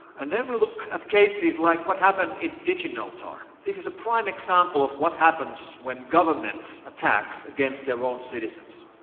and then we look at cases like what happened in diginotar. this is a prime example of what happens when governments attack against their own citizens.